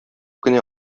кенә